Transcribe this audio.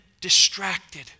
distracted